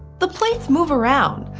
the plates move around,